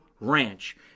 Ranch